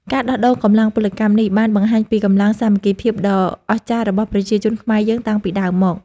ការដោះដូរកម្លាំងពលកម្មនេះ បានបង្ហាញពីកម្លាំងសាមគ្គីភាពដ៏អស្ចារ្យរបស់ប្រជាជនខ្មែរយើងតាំងពីដើមមក។